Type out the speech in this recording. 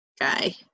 guy